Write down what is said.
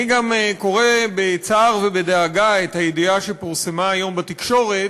אני גם קורא בצער ובדאגה את הידיעה שפורסמה היום בתקשורת,